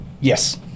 yes